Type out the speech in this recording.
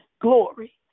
glory